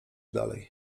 dalej